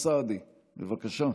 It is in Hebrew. חבר הכנסת אוסאמה סעדי, בבקשה.